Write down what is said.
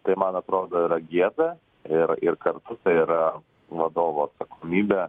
tai man atrodo yra gėda ir ir kartu tai yra vadovo atsakomybė